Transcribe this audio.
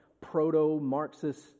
proto-Marxist